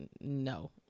No